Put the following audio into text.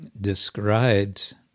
described